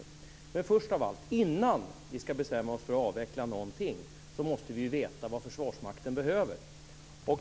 Först av allt vill jag säga att vi innan vi ska bestämma oss för att avveckla någonting måste veta vad Försvarsmakten behöver.